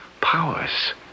powers